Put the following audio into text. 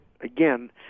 again